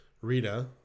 Rita